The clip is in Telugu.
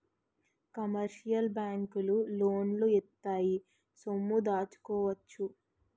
కమర్షియల్ బ్యాంకులు లోన్లు ఇత్తాయి సొమ్ము దాచుకోవచ్చు